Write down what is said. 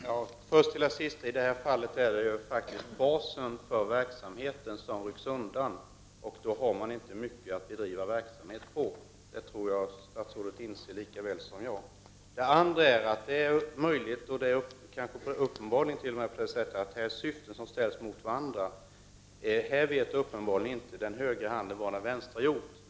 Herr talman! Jag skall först kommentera det sist sagda. Det är i det här fallet basen för verksamheten som rycks undan, och då har man inte mycket att bedriva verksamhet med. Det tror jag statsrådet inser lika väl som jag. En annan sak är att det är möjligt. eller kanske t.o.m. uppenbart, att det här är fråga om syften som ställs mot varandra. Här vet uppenbarligen inte den högra handen vad den vänstra gör.